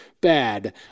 bad